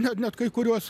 net net kai kuriuos